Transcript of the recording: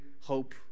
hope